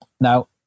Now